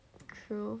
true